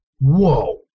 whoa